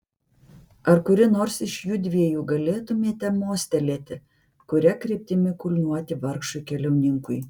ar kuri nors iš judviejų galėtumėte mostelėti kuria kryptimi kulniuoti vargšui keliauninkui